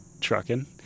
trucking